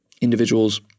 individuals